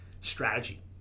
strategy